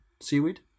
seaweed